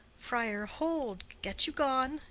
friar. hold! get you gone,